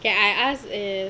can I ask eh